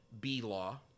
B-law